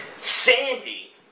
Sandy